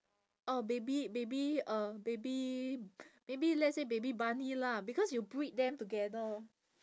uh baby baby uh baby baby let's say baby bunny lah because you breed them together